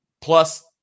Plus